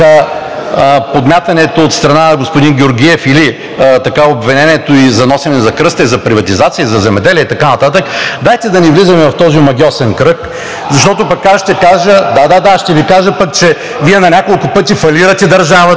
подмятането от страна на господин Георгиев или обвинението за носене на кръста и за приватизация, и за земеделие, и така нататък, дайте да не влизаме в този омагьосан кръг, защото аз ще кажа, да, да, ще Ви кажа, че на няколко пъти фалирате държавата,